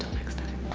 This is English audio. next time!